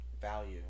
value